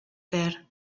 there